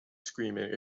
screaming